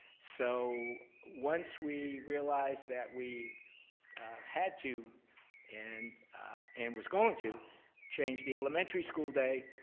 so once we realized that we had to and and was going to change the elementary school day,